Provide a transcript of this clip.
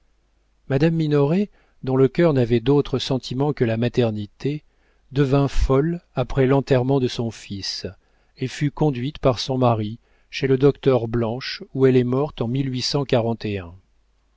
madame minoret dont le cœur n'avait d'autre sentiment que la maternité devint folle après l'enterrement de son fils et fut conduite par son mari chez le docteur blanche où elle est morte en